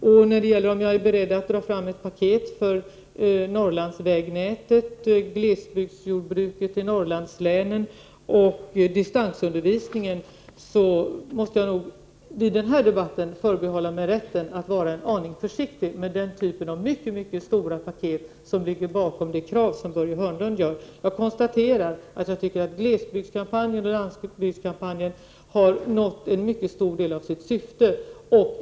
När det gäller frågan om jag är beredd att dra fram ett paket för Norrlandsvägnätet, glesbygdsjordbruket i Norrlandslänen och distansundervisning måste jag i denna debatt förbehålla mig rätten att vara en aning försiktig med den typen av mycket stora paket som Börje Hörnlunds krav gäller. Jag konstaterar att glesbygdskampanjen har nått en mycket stor del av sitt syfte.